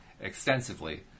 extensively